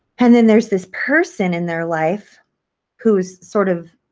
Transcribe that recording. and then there's this person in their life who's sort of